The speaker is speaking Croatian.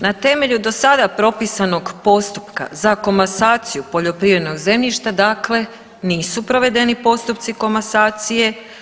Na temelju do sada propisanog postupka za komasaciju poljoprivrednog zemljišta, dakle nisu provedeni postupci komasacije.